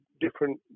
different